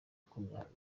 makumyabiri